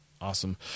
Awesome